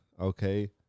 Okay